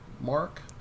mark